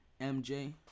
MJ